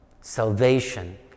salvation